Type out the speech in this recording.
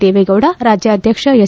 ದೇವೇಗೌಡ ರಾಜ್ಯಾಧ್ಯಕ್ಷ ಎಚ್